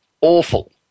awful